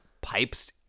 pipes